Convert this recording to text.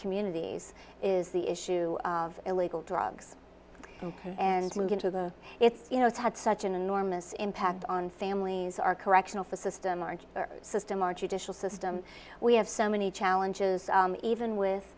communities is the issue of illegal drugs and and move into the it's you know it's had such an enormous impact on families are correctional facilities or system our judicial system we have so many challenges even with